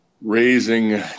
raising